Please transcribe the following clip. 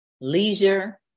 leisure